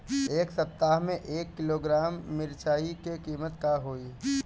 एह सप्ताह मे एक किलोग्राम मिरचाई के किमत का होई?